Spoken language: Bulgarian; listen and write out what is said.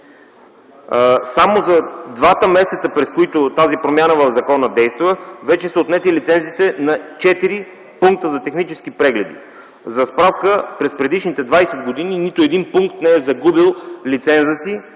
Само за двата месеца, през които тази промяна в закона действа, вече са отнети лицензите на четири пункта за технически прегледи. За справка, през предишните 20 години нито един пункт не е загубил лиценза си